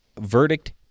Verdict